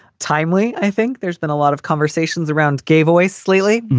timely. i think there's been a lot of conversations around gay voice lately.